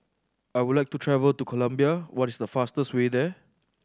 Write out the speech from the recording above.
I would like to travel to Colombia what is the fastest way there